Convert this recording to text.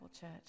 Church